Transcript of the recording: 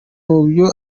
mubyo